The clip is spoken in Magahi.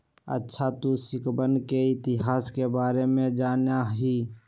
अच्छा तू सिक्कवन के इतिहास के बारे में जाना हीं?